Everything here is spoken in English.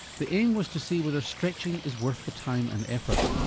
the aim was to see whether stretching is worth the time and effort.